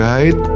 Right